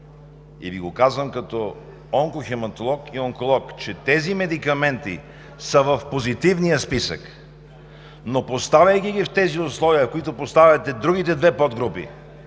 и Ви го казвам като онкохематолог и онколог, че тези медикаменти са в Позитивния списък, но поставяйки ги в тези условия, които поставят и другите две подгрупи,